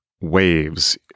waves